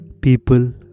People